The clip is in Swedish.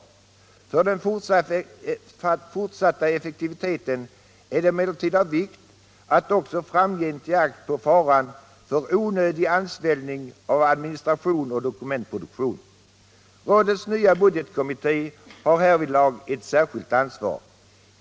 För den fortsatta effektiviteten är det emellertid av vikt att också framgent ge akt på faran för onödig ansvällning av administration och dokumentproduktion. Rådets nya budgetkommitté har härvidlag ett särskilt ansvar.